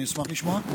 אני אשמח לשמוע.